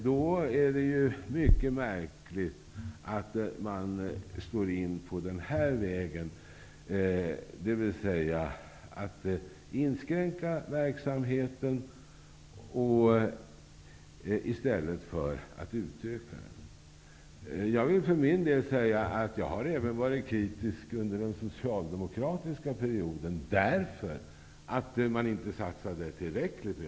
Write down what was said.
Då är det ju mycket märkligt att man slår in på vägen att inskränka verksamheten i stället för att utöka den. Jag vill för min del säga att jag var kritisk även under den socialdemokratiska regeringsperioden, därför att man inte satsade tillräckligt.